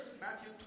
Matthew